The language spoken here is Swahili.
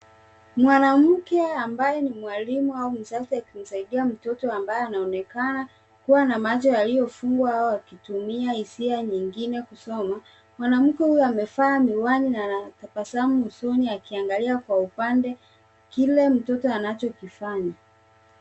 Mwanamke ambaye ni mwalimu au mzazi akimsaidia mtoto ambaye anaonekana kuwa na macho yaliyofungwa au akitumia hisia nyingine kusoma. Mwanamke huyo amevaa miwani na anatabasamu usoni akiangalia kwa upande kile mtoto anachokifanya.